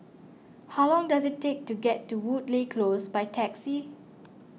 how long does it take to get to Woodleigh Close by taxi